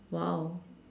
!wow!